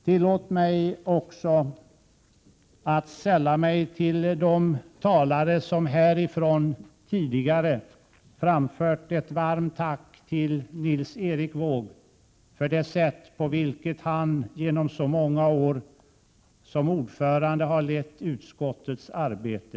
Tillåt mig också att sälla mig till de talare som härifrån tidigare framfört ett varmt tack till Nils Erik Wååg för det sätt på vilket han genom många år som ordförande har lett utskottets arbete.